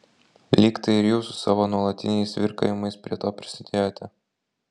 lyg tai ir jūs su savo nuolatiniais virkavimais prie to prisidėjote